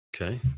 Okay